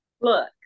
look